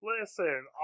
Listen